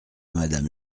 madame